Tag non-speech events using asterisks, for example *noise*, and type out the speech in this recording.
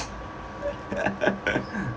*laughs*